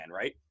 right